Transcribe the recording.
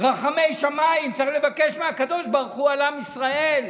רחמי שמיים צריך לבקש מהקדוש ברוך הוא על ישראל,